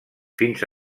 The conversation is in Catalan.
fins